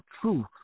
truth